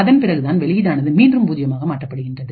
அதன்பிறகுதான் வெளியீடானது மீண்டும் பூஜ்ஜியமாக மாற்றப்படுகின்றது